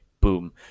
boom